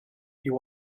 you